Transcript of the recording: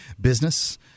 business